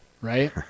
right